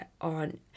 on